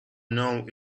know